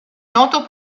noto